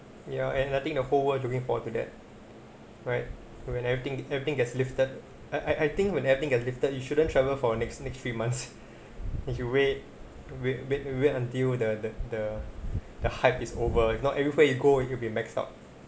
ya and I think the whole world looking forward to that right when everything everything gets lifted I I I think when everything get lifted you shouldn't travel for next next three months if you wait wait wait wait until the the the the hype is over if not everywhere you go you could be maxed out